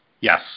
Yes